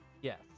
Yes